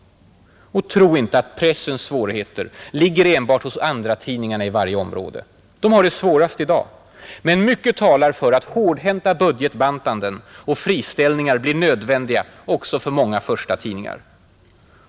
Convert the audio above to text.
Tro inte att pressens svårigheter ligger enbart hos andratidningarna i varje område. De har det svårast i dag, men mycket talar för att hårdhänta budgetbantanden och friställningar blir nödvändiga också för många förstatidningar.